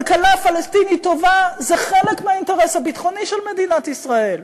כלכלה פלסטינית טובה זה חלק מהאינטרס הביטחוני של מדינת ישראל.